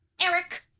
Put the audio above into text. Eric